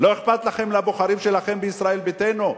לא אכפת לכם מהבוחרים שלכם בישראל ביתנו?